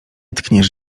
tkniesz